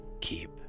keep